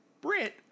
Brit